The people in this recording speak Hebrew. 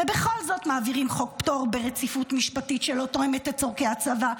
ובכל זאת מעבירים חוק פטור ברציפות משפטית שלא תואמת את צורכי הצבא,